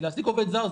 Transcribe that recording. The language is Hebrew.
כי להעסיק עובד זר,